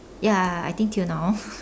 ya I think till now